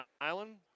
Island